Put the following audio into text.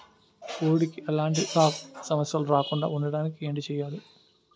కోడి కి ఎలాంటి సమస్యలు రాకుండ ఉండడానికి ఏంటి చెయాలి?